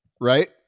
right